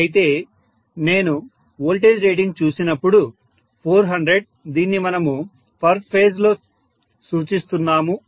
అయితే నేను voltage rating చూసినప్పుడు 400 దీన్ని మనము పర్ ఫేజ్ లో సూచిస్తున్నాము